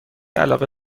علاقه